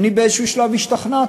שאני באיזשהו שלב השתכנעתי.